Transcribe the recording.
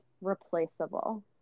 replaceable